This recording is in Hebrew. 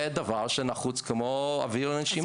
זה דבר שנחוץ כמו אוויר לנשימה.